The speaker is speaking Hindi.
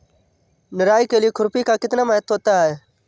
निराई के लिए खुरपी का कितना महत्व होता है?